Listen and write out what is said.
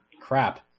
crap